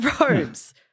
Robes